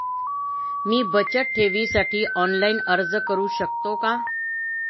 मी बचत ठेवीसाठी ऑनलाइन अर्ज करू शकतो का?